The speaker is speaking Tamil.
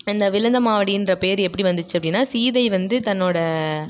இந்த விழந்தமாவடின்ற பேர் எப்படி வந்துச்சி அப்படின்னா சீதை வந்து தன்னோடய